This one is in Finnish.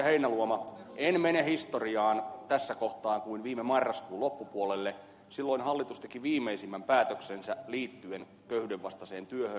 heinäluoma en mene historiaan tässä kohtaa kuin viime marraskuun loppupuolelle silloin hallitus teki viimeisimmän päätöksensä liittyen köyhyyden vastaiseen työhön